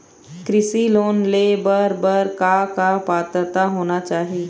कृषि लोन ले बर बर का का पात्रता होना चाही?